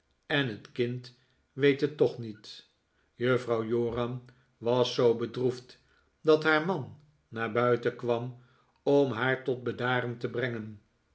en het kind weet het toch niet juffrouw joram was zoo bedroefd dat haar man naar buiten kwam om haar tot bedaren te brengen